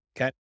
Okay